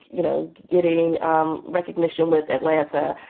you know, getting um recognition with atlanta.